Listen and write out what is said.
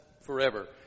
forever